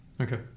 Okay